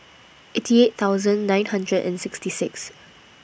eighty eight thosuand nine hundred and sixty six